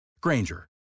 Granger